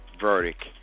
verdict